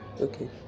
okay